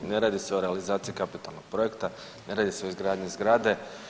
Ne radi se o realizaciji kapitalnog projekta, ne radi se o izgradnji zgrade.